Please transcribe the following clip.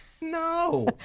No